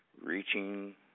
reaching